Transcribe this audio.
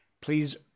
please